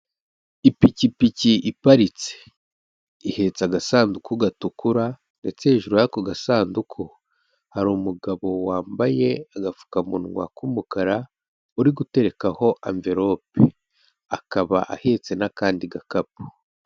Ipikipiki iparitse, ihetse agasanduku gatukura, ndetse hejuru y'ako gasanduku, hari umugabo wambaye agapfukamunwa k'umukara, uri guterekaho amverope, akaba ahetse n'akandi gakapu.